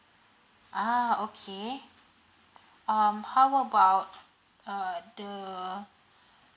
ah okay um how about uh the